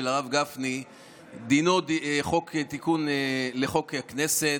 דינו תיקון לחוק הכנסת.